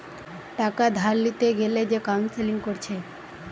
টাকা ধার লিতে গ্যালে যে কাউন্সেলিং কোরছে